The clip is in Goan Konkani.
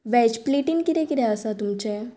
वॅज प्लेटीन कितें कितें आसा तुमचें